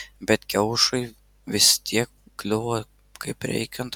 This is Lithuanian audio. bet kiaušui vis tiek kliuvo kaip reikiant